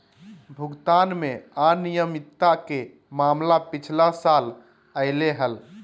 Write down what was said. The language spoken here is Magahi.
भुगतान में अनियमितता के मामला पिछला साल अयले हल